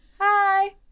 Hi